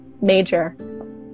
major